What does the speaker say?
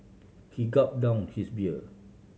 he gulped down his beer